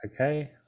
Okay